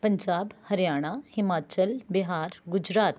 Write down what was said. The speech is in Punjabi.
ਪੰਜਾਬ ਹਰਿਆਣਾ ਹਿਮਾਚਲ ਬਿਹਾਰ ਗੁਜਰਾਤ